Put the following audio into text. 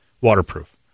waterproof